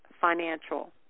financial